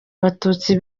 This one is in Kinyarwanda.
abatutsi